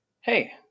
Hey